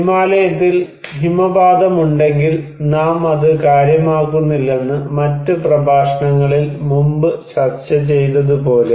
ഹിമാലയത്തിൽ ഹിമപാതമുണ്ടെങ്കിൽ നാം അത് കാര്യമാക്കുന്നില്ലെന്ന് മറ്റ് പ്രഭാഷണങ്ങളിൽ മുമ്പ് ചർച്ച ചെയ്തതുപോലെ